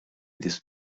this